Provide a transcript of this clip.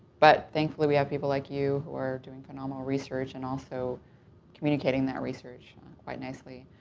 but thankfully, we have people like you who are doing phenomenal research and also communicating that research quite nicely.